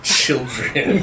children